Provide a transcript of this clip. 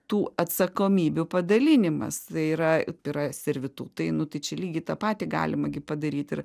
tų atsakomybių padalinimas tai yra yra servitutai nu tai čia lygiai tą patį galima gi padaryt ir